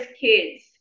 kids